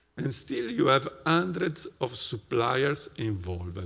and still you have hundreds of suppliers involved. but